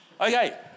Okay